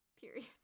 period